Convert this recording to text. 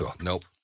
Nope